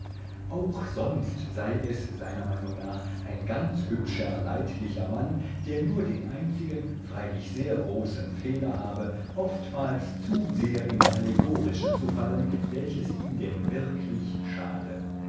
auch sonst sei es seiner meinung nach ein ganz hübscher leidlicher mann der nur den einzigen freilich sehr großen fehler habe oftmals zu sehr ins allegorische zu fallen welches ihm denn wirklich schade